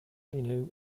new